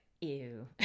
ew